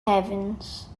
heavens